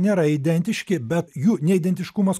nėra identiški bet jų neidentiškumas